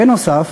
בנוסף